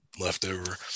leftover